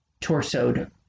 torsoed